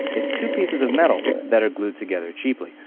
it's two pieces of metal that are glued together cheaply.